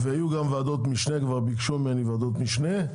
יהיו גם ועדות משנה, כבר ביקשו ממני ועדות משנה.